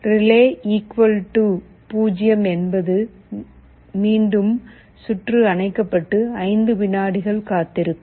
relay 0 என்பது மீண்டும் சுற்று அணைக்கப்பட்டு 5 விநாடிகள் காத்திருக்கும்